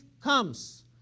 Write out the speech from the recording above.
comes